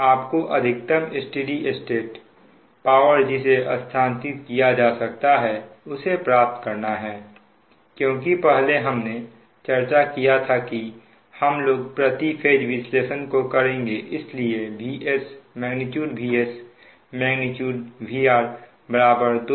आपको अधिकतम steady state power जिसे स्थानांतरित किया जा सकता है उसे प्राप्त करना है क्योंकि पहले हमने चर्चा किया था कि हम लोग प्रति फेज विश्लेषण को करेंगे इसलिए VS